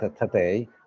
today